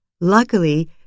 Luckily